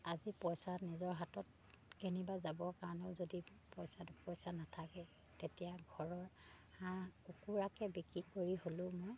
আজি পইচা নিজৰ হাতত কেনিবা যাবৰ কাৰণেও যদি পইচা দুপইচা নাথাকে তেতিয়া ঘৰৰ হাঁহ কুকুৰাকে বিক্ৰী কৰি হ'লেও মই